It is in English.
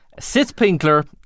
Sitzpinkler